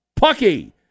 pucky